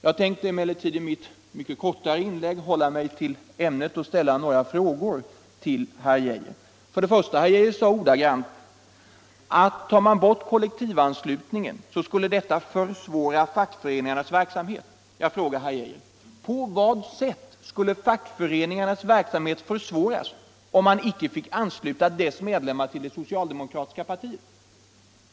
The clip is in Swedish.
Jag tänker emellertid i detta mitt korta inlägg hålla mig till ämnet och ställa några frågor till herr Geijer. För det första: Herr Geijer sade ordagrant att tar man bort kollektivanslutningen försvårar detta fackföreningarnas verksamhet. Jag frågar herr Geijer: På vad sätt skulle fackföreningarnas verksamhet försvåras om de icke fick ansluta sina medlemmar till det socialdemokratiska partiet?